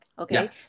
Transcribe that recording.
Okay